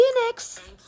Phoenix